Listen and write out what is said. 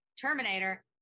Terminator